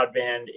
broadband